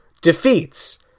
defeats